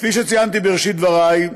כפי שציינתי בראשית דברי,